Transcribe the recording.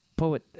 Poet